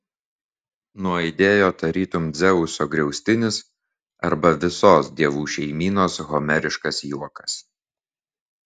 nuaidėjo tarytum dzeuso griaustinis arba visos dievų šeimynos homeriškas juokas